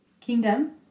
Kingdom